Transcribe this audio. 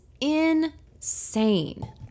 insane